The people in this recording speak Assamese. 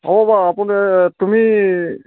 হ'ব বাৰু আপুনি তুমি